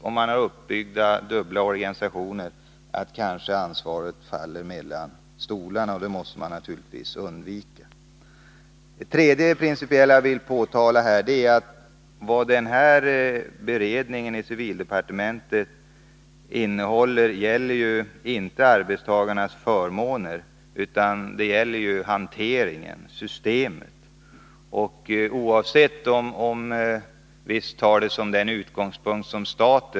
Om man har byggt upp dubbla organisationer, finns det en risk för att ansvaret faller mellan stolarna. Det måste man naturligtvis undvika. Det tredje jag vill påtala är att beredningen i civildepartementet inte gäller arbetstagarnas förmåner utan hanteringen, systemet.